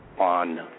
on